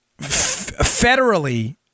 federally